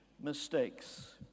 mistakes